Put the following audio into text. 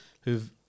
who've